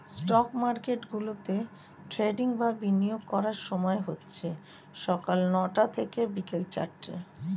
stock মার্কেটগুলোতে trading বা বিনিয়োগ করার সময় হচ্ছে সকাল নয়টা থেকে বিকেল চারটে